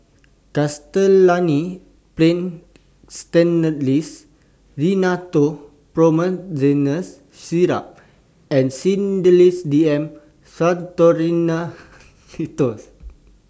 Castellani's Paint Stainless Rhinathiol Promethazine Syrup and Sedilix D M Pseudoephrine Linctus